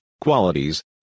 qualities